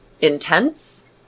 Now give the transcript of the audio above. intense